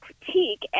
critique